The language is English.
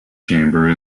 chamber